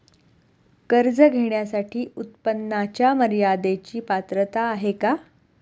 कर्ज घेण्यासाठी उत्पन्नाच्या मर्यदेची पात्रता आहे का?